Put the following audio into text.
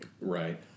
Right